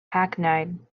hackneyed